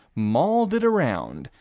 mauled it around,